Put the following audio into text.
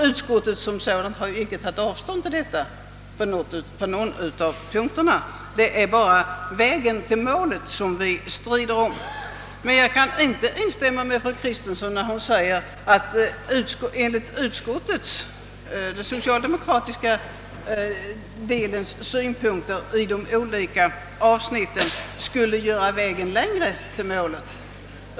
Utskottet har inte heller i någon punkt tagit avstånd från den uppfattningen. Det är bara vägen till målet vi strider om. Jag kan inte instämma med fru Kristensson, när hon säger att de socialdemokratiska utskottsledamöternas förslag i olika avsnitt skulle göra vägen till målet längre.